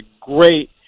great